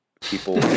people